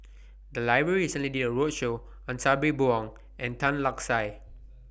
The Library recently did A roadshow on Sabri Buang and Tan Lark Sye